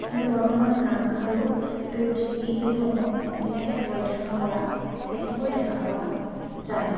কিন্তু বৰ্তমান গামখাৰু দুগদুগী এইসমূহ মহিলাইহে পৰিধান কৰা বেছিকৈ দেখা পোৱা যায়